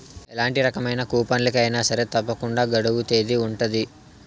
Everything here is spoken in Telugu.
ఎలాంటి రకమైన కూపన్లకి అయినా సరే తప్పకుండా గడువు తేదీ ఉంటది